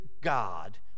God